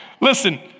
Listen